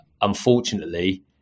unfortunately